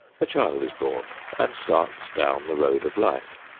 a child is born and starts down the road of life.